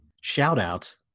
shout-out